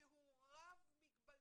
שהוא רב-מגבלתי.